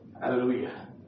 Hallelujah